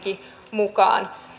mukaan